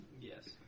Yes